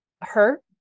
hurt